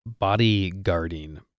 bodyguarding